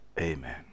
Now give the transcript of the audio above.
Amen